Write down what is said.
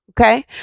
Okay